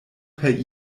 per